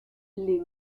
les